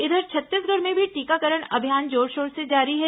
इधर छत्तीसगढ़ में भी टीकाकरण अभियान जोरशोर से जारी है